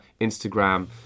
instagram